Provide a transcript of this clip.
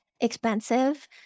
expensive